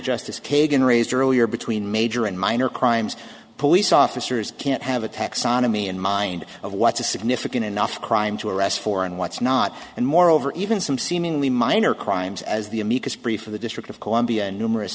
justice kagan raised earlier between major and minor crimes police officers can't have a taxonomy in mind of what's a significant enough crime to arrest for and what's not and moreover even some seemingly minor crimes as the amicus brief of the district of columbia numerous